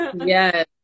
Yes